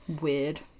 Weird